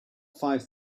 five